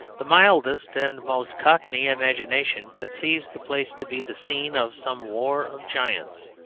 the mildest and most cockney imagination conceives the place to be the scene of some war of giants.